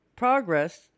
Progress